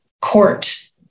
Court